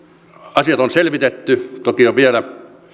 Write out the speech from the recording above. asiat on selvitetty toki on vielä